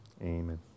Amen